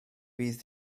bydd